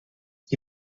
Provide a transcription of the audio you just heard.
chi